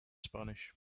spanish